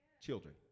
children